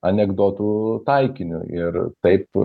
anekdotų taikiniu ir taip